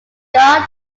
god